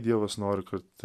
dievas nori kad